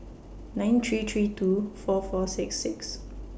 nine three three two four four six six